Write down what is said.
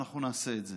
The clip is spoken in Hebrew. אנחנו נעשה את זה.